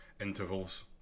intervals